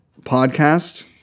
podcast